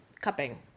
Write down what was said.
cupping